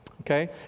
okay